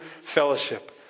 fellowship